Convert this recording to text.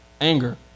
Anger